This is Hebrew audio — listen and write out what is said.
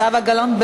זהבה גלאון?